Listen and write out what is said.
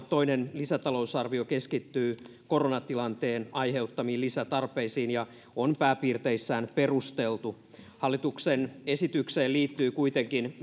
toinen lisätalousarvio keskittyy koronatilanteen aiheuttamiin lisätarpeisiin ja on pääpiirteissään perusteltu hallituksen esitykseen liittyy kuitenkin